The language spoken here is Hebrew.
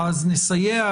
נסייע.